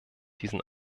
diesen